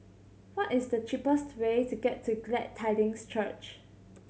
what is the cheapest way to get to Glad Tidings Church